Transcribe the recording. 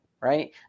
right